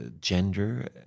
gender